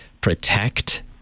protect